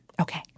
Okay